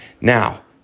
Now